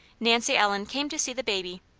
nancy ellen came to see the baby.